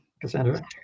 Cassandra